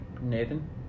Nathan